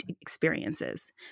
experiences